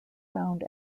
found